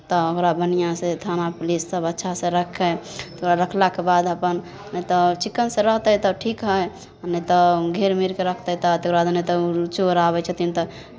तऽ ओकरा बढ़िआँसँ थाना पुलिससभ अच्छासँ रखै रखलाके बाद अपन एतय चिक्कनसँ रहतै तऽ ठीक हइ नहि तऽ घेरि मेढ़ि कऽ रखतै तऽ तकरा लगै तऽ ओ ओ चोर आबै छथिन तऽ